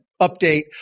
update